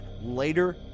later